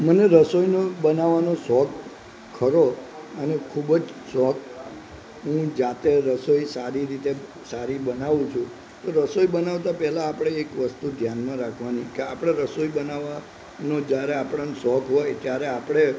મને રસોઈનો બનાવવાનો શોખ ખરો અને ખૂબ જ શોખ હું જાતે રસોઈ સારી રીતે સારી બનાવું છું તો રસોઈ બનાવતાં પહેલાં આપણે એક વસ્તુ ધ્યાનમાં રાખવાની કે આપણે રસોઈ બનાવવાનો જ્યારે આપણને શોખ હોય ત્યારે આપણે